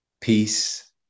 Peace